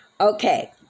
okay